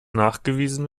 nachgewiesen